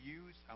use